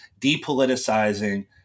depoliticizing